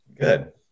Good